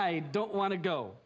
i don't want to go